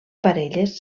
parelles